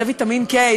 זה ויטמין K,